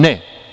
Ne.